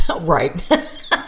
Right